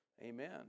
Amen